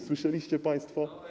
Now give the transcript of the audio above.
Słyszeliście państwo?